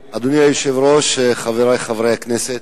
היושב-ראש, חברי חברי הכנסת,